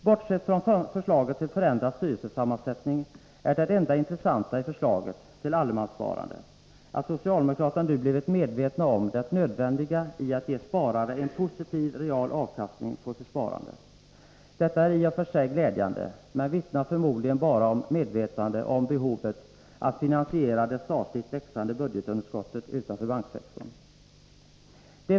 Bortsett från förslaget till förändrad styrelsesammansättning är det enda intressanta i förslaget till allemanssparande, att socialdemokraterna nu blivit medvetna om det nödvändiga i att ge sparare en positiv real avkastning på sitt sparande. Detta är i och för sig glädjande, men vittnar förmodligen bara om medvetande om behovet att finansiera det stadigt växande budgetunderskottet utanför banksektorn.